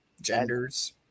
genders